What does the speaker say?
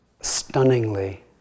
stunningly